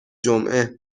جمعه